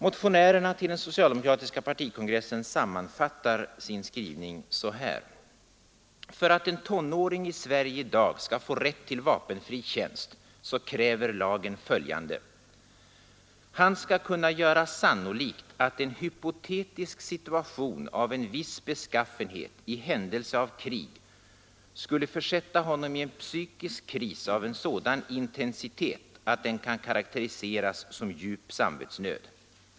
Motionärerna till den socialdemokratiska partikongressen sammanfattar sin skrivning så här: ”För att en tonåring i Sverige idag skall få rätt till vapenfri tjänst, så kräver lagen följande: han skall kunna göra sannolikt att en hypotetisk situation av en viss beskaffenhet i händelse av krig skulle försätta honom i en psykisk kris av en sådan intensitet, att den kan karaktäriseras som ”djup samvetsnöd”.